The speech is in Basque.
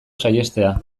saihestea